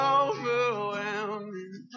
overwhelming